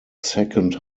second